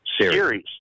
series